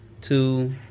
two